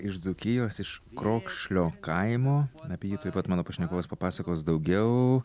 iš dzūkijos iš krokšlio kaimo apie jį tuoj pat mano pašnekovas papasakos daugiau